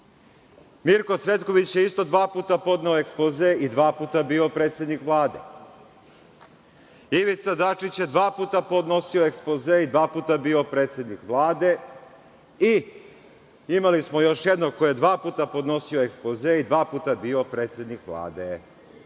Mirko Cvetković je isto dva puta podneo ekspoze i dva puta bio predsednik Vlade. Ivica Dačić je dva puta podnosio ekspoze i dva puta bio predsednik Vlade. I imali smo još jednog koji je dva puta podnosio ekspoze i dva puta bio predsednik Vlade.